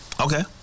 Okay